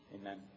amen